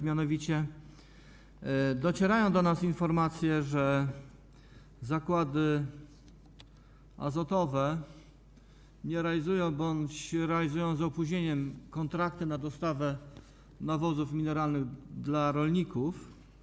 Mianowicie docierają do nas informacje, że zakłady azotowe nie realizują, bądź realizują z opóźnieniem, kontrakty na dostawę nawozów mineralnych dla rolników.